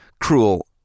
cruel